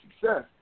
success